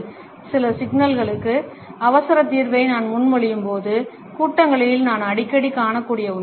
சில சிக்கல்களுக்கு அவசர தீர்வை நான் முன்மொழியும்போது கூட்டங்களில் நான் அடிக்கடி காணக்கூடிய ஒன்று